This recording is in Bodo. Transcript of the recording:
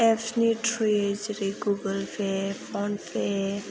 एप्सनि थ्रुयै जेरै गुगोल पे फन पे